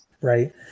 Right